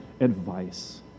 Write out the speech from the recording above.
advice